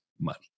money